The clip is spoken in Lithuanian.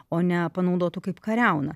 o ne panaudotų kaip kariauną